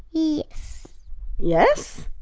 yes yes?